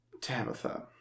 Tabitha